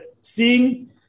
seeing